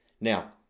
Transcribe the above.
Now